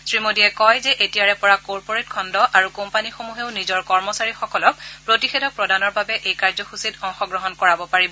শ্ৰীমোদীয়ে কয় যে এতিয়াৰে পৰা কৰ্পৰেট খণ্ড আৰু কোম্পানীসমূহেও নিজৰ কৰ্মচাৰীসকলক প্ৰতিষেধক প্ৰদানৰ বাবে এই কাৰ্যসূচীত অংশ গ্ৰহণ কৰিব পাৰিব